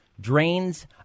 drains